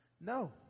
No